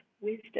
wisdom